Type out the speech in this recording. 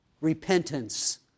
repentance